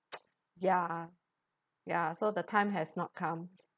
ya ya so the time has not come